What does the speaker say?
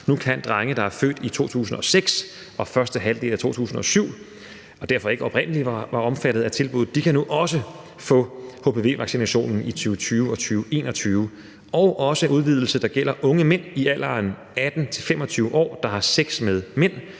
Nu kan drenge, der er født i 2006 og første halvdel af 2007 og derfor ikke oprindelig var omfattet af tilbuddet, også få hpv-vaccinationen i 2020 og 2021. Det er udvidet nu til også at gælde unge mænd i alderen 18 til 25 år, der har sex med mænd,